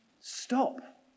Stop